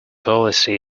policy